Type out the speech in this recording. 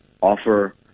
offer